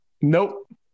Nope